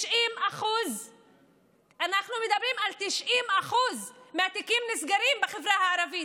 90%. אנחנו מדברים על כך ש-90% מהתיקים נסגרים בחברה הערבית.